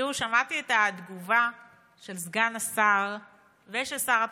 תראו, שמעתי את התגובה של סגן השר ושל שר התחבורה,